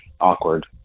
awkward